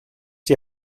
die